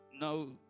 no